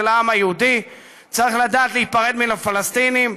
העם היהודי צריך לדעת להיפרד מן הפלסטינים,